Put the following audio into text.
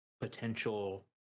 Potential